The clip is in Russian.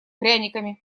пряниками